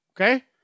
okay